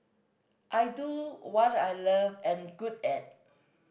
I do what I love and good at